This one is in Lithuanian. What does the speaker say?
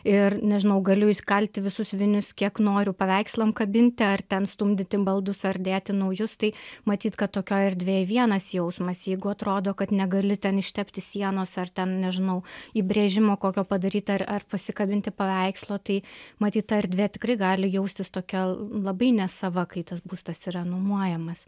ir nežinau galiu įsikalti visus vinis kiek noriu paveikslam kabinti ar ten stumdyti baldus ar dėti naujus tai matyt kad tokioj erdvėj vienas jausmas jeigu atrodo kad negali ten ištepti sienos ar ten nežinau įbrėžimo kokio padarytą ar ar pasikabinti paveikslo tai matyt ta erdvė tikrai gali jaustis tokia labai nesava kai tas būstas yra nuomojamas